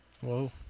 Whoa